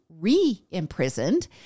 re-imprisoned